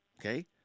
okay